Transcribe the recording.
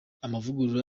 amavugurura